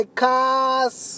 cars